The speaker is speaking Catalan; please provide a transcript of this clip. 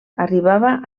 arribava